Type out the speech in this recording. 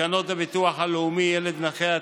ותקנות הביטוח הלאומי (ילד נכה),